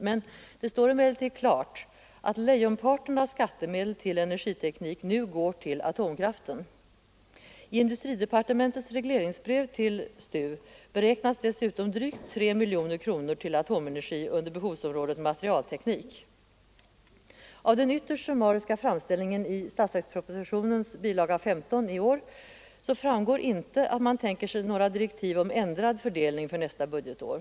Det står emellertid klart att lejonparten av skattemedel till energiteknik nu går till atomkraften. I industridepartementets regleringsbrev till STU beräknas dessutom drygt 3 miljoner kronor till atomenergi under behovsområdet Materialteknik. Av den ytterst summariska framställningen i årets statsverksproposition, bilaga 15, framgår inte att man tänker sig några direktiv om ändrad fördelning för nästa budgetår.